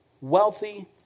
wealthy